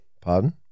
Pardon